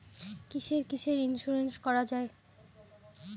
কিসের কিসের ইন্সুরেন্স করা যায়?